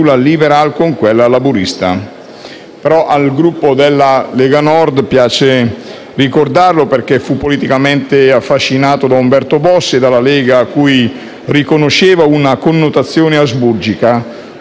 liberale con quella laburista. Al Gruppo della Lega Nord piace ricordarlo perché fu politicamente affascinato da Umberto Bossi e dalla Lega, a cui riconosceva una connotazione asburgica,